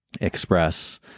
express